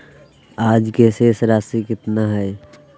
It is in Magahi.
आज के शेष राशि केतना हइ?